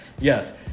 Yes